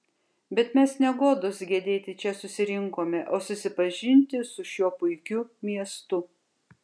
bet mes ne godos gedėti čia susirinkome o susipažinti su šiuo puikiu miestu